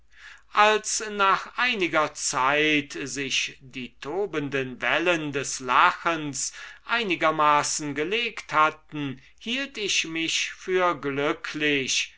als nach einiger zeit sich die tobenden wellen des lachens einigermaßen gelegt hatten hielt ich mich für glücklich